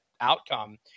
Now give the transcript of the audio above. outcome